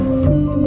see